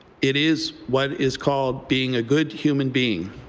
it is what is called being a good human being.